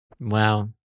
Wow